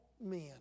men